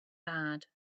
bad